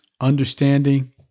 understanding